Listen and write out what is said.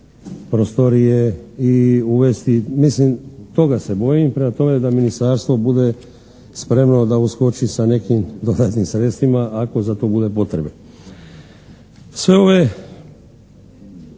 prostorije i uvesti, mislim toga se bojim. Prema tome, da ministarstvo bude spremno da uskoči sa nekim dodatnim sredstvima ako za to bude potrebe. Sve ove